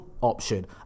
option